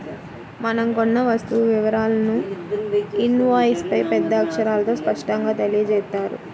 మనం కొన్న వస్తువు వివరాలను ఇన్వాయిస్పై పెద్ద అక్షరాలతో స్పష్టంగా తెలియజేత్తారు